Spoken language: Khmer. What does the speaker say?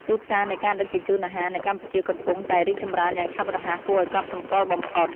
ទីផ្សារនៃការដឹកជញ្ជូនអាហារនៅកម្ពុជាកំពុងតែរីកចម្រើនយ៉ាងឆាប់រហ័សគួរឱ្យកត់សម្គាល់បំផុត។